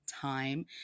time